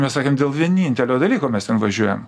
mes sakėm dėl vienintelio dalyko mes ten važiuojam